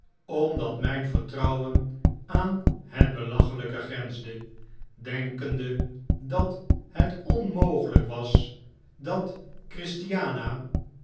omdat mgn vertrouwen aan het belachelgke grensde denkende dat het onmogeltjk was dat christiana